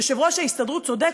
יושב-ראש ההסתדרות צודק,